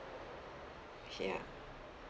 ya